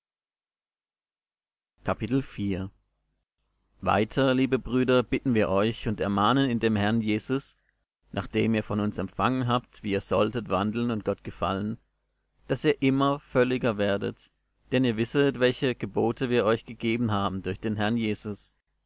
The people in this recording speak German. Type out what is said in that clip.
weiter liebe brüder bitten wir euch und ermahnen in dem herrn jesus nach dem ihr von uns empfangen habt wie ihr solltet wandeln und gott gefallen daß ihr immer völliger werdet denn ihr wisset welche gebote wir euch gegeben haben durch den herrn jesus